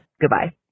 Goodbye